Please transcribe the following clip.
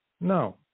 No